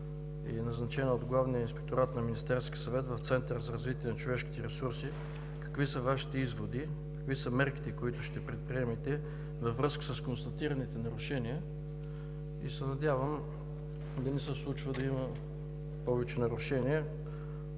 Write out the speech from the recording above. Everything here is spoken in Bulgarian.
и назначена от Главния инспекторат на Министерския съвет в Центъра за развитие на човешките ресурси, какви са Вашите изводи? Какви са мерките, които ще предприемете във връзка с констатираните нарушения? Надявам се да не се случва да има повече нарушения.